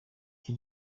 iki